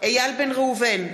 איל בן ראובן,